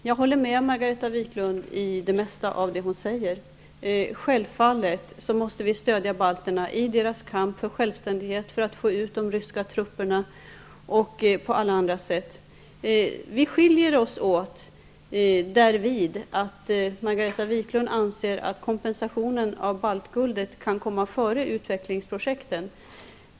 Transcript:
Fru talman! Jag håller med Margareta Viklund i det mesta av det hon säger. Självfallet måste vi stödja balterna i deras kamp för självständighet, för att få ut de ryska trupperna och på alla andra sätt. Vi skiljer oss åt därvid, att Margareta Viklund anser att kompensationen av baltguldet kan komma före utvecklingsprojekten.